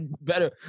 better